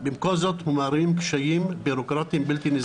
במקום זאת הוא מערים קשיים בירוקרטיים בלתי נסבלים.